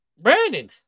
Brandon